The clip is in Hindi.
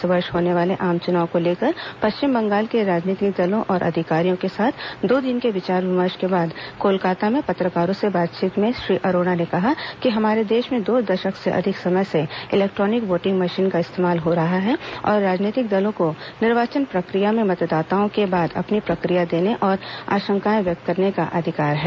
इस वर्ष होने वाले आम चुनाव को लेकर पश्चिम बंगाल के राजनीतिक दलों और अधिकारियों के साथ दो दिन के विचार विमर्श के बाद कोलकाता में पत्रकारों से बातचीत में श्री अरोड़ा ने कहा कि हमारे देश में दो दशक से अधिक समय से इलेक्ट्रॉनिक वोटिंग मशीन का इस्तेमाल हो रहा है और राजनीतिक दलों को निर्वाचन प्रक्रिया में मतदाताओं के बाद अपनी प्रतिक्रिया देने और आशंकाएं व्यक्त करने का अधिकार हैं